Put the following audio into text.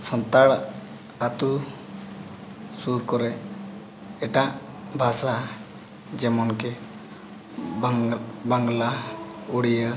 ᱥᱟᱱᱛᱟᱲ ᱟᱹᱛᱩ ᱥᱩᱨ ᱠᱚᱨᱮᱜ ᱮᱴᱟᱜ ᱵᱷᱟᱥᱟ ᱡᱮᱢᱚᱱ ᱠᱤ ᱵᱟᱝᱞᱟ ᱩᱲᱤᱭᱟ